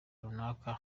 runaka